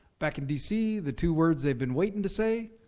back in dc the two words we've been waiting to say,